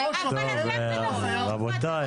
רבותיי,